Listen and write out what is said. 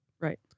Right